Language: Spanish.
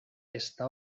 está